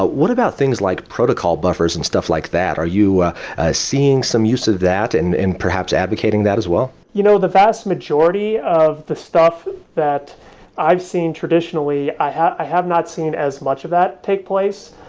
ah what about things like protocol buffers and stuff like that? are you seeing some use of that and and, perhaps, advocating that as well? you know the vast majority of the stuff that i've seen traditionally i have i have not seen as much of that take place.